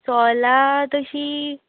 सोलां तशीं